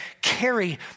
carry